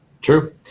True